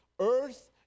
earth